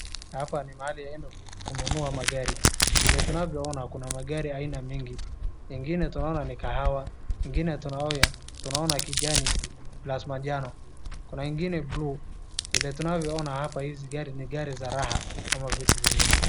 Hapa ni mahali ya enda kununua magari. Vile tunavyo ona kuna magari aina mingi. Ingine tunaoana ni kahawa, ingine tunaona kijani plus majano. Kuna ingine blue vile tunavyo ona hapa hizi gari ni gari za raha ama vitu vingine.